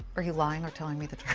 are you lying or telling me the truth?